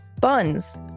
Buns